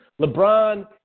LeBron